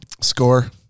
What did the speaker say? Score